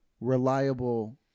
reliable